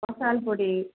மசால் பொடி